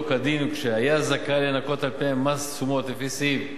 כדין ושהיה זכאי לנכות על-פיהם מס תשומות לפי סעיף 38(א)